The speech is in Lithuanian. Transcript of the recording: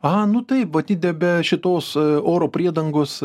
a nu taip matyt ne be šitos oro priedangos